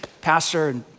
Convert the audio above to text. Pastor